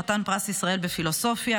חתן פרס ישראל בפילוסופיה,